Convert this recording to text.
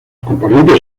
componentes